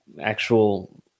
actual